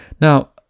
now